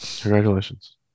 Congratulations